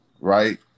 right